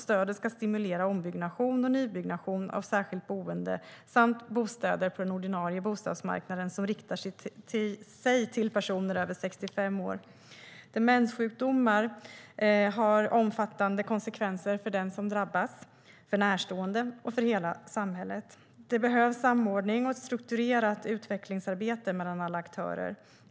Stödet ska stimulera ombyggnation och nybyggnation av särskilt boende samt bostäder på den ordinarie bostadsmarknaden som riktar sig till personer över 65 år. Demenssjukdomar har omfattande konsekvenser för den som drabbas, för närstående och för hela samhället. Det behövs samordning och ett strukturerat utvecklingsarbete mellan alla aktörer.